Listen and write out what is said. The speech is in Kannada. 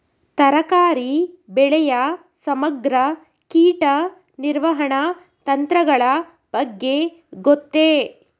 ತರಕಾರಿ ಬೆಳೆಯ ಸಮಗ್ರ ಕೀಟ ನಿರ್ವಹಣಾ ತಂತ್ರಗಳ ಬಗ್ಗೆ ಗೊತ್ತೇ?